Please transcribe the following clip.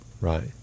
right